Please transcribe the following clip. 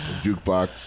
jukebox